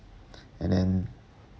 and then